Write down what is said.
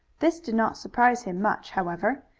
this did not surprise him much, however.